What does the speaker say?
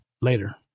later